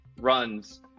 runs